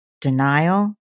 denial